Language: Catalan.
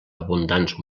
abundants